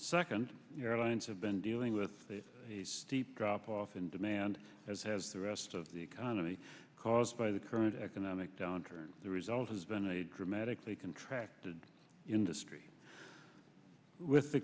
second airlines have been dealing with steep drop off in demand as has the rest of the economy caused by the current economic downturn the result has been a dramatic they contract the industry with the